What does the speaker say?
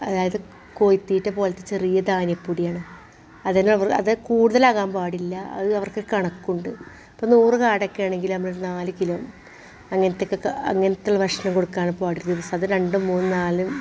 അതായത് കോഴി തീറ്റ പോലത്തെ ചെറിയ ധാന്യ പൊടിയാണ് അത് അവർ അത് കൂടുതലാകാൻ പാടില്ല അത് അവർക്ക് കണക്കുണ്ട് ഇപ്പോൾ നൂറ് കാടൊക്കാണെങ്കിൽ നമ്മളൊരു നാല് കിലോ അങ്ങനത്തൊക്കെ ആ അങ്ങനെയുത്തുള്ള ഭക്ഷണം കൊടുക്കാണ് ഒരുപാട് ദിവസം അത് രണ്ടും മൂന്നും നാലും